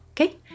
Okay